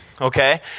okay